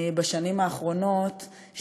בשנים האחרונות,